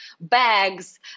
bags